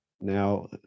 now